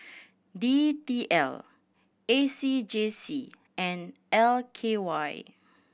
D T L A C J C and L K Y